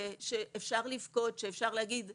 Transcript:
שאפשר לבכות, שאפשר להגיד "כן,